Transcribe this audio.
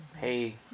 hey